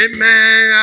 Amen